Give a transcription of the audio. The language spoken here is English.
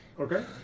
Okay